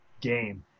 game